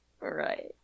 Right